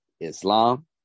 Islam